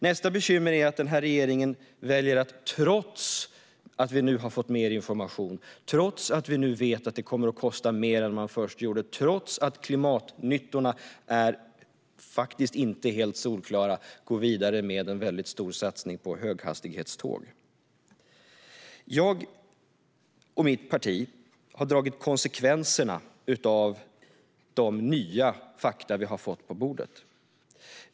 Nästa bekymmer är att den här regeringen, trots att vi nu har fått mer information och nu vet att det kommer att kosta mer än man först trodde, och trots att klimatnyttorna faktiskt inte är helt solklara, väljer att gå vidare med en väldigt stor satsning på höghastighetståg. Jag och mitt parti har tagit till oss konsekvenserna av de nya fakta vi har fått på bordet.